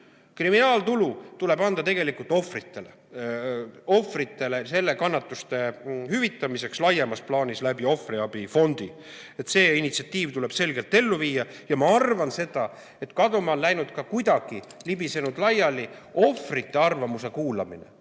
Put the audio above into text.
kriminaaltulu tuleb anda tegelikult ohvritele, ohvritele kannatuste hüvitamiseks laiemas plaanis läbi ohvriabifondi. See initsiatiiv tuleb selgelt ellu viia. Ma arvan seda, et kaduma on läinud ka, kuidagi on libisenud laiali ohvrite arvamuse kuulamine,